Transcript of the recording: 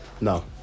No